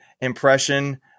impression